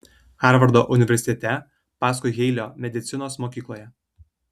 harvardo universitete paskui jeilio medicinos mokykloje